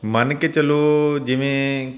ਮੰਨ ਕੇ ਚਲੋ ਜਿਵੇਂ